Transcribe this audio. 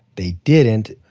they didn't,